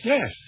Yes